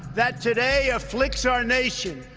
that today afflicts our nation,